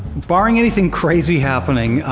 barring anything crazy happening,